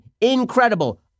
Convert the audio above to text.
incredible